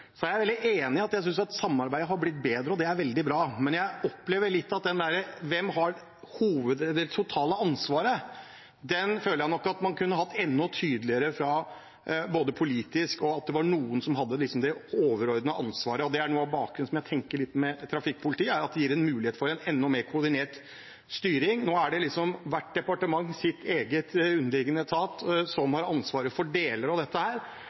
Jeg er veldig enig i at samarbeidet har blitt bedre, og det er veldig bra, men jeg opplever at man kunne vært enda tydeligere politisk på hvem som har det totale ansvaret, og at det var noen som hadde det overordnede ansvaret. Det er noe av bakgrunnen og som jeg tenker litt på med trafikkpoliti, at det gir en mulighet for enda mer koordinert styring. Nå er det hvert departements egen underliggende etat som har ansvaret for deler av dette.